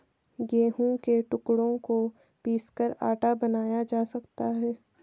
गेहूं के टुकड़ों को पीसकर आटा बनाया जा सकता है